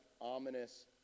ominous